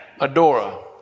Adora